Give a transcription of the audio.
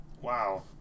Wow